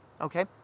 okay